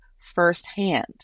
firsthand